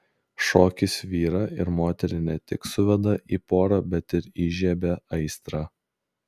šokis vyrą ir moterį ne tik suveda į porą bet ir įžiebia aistrą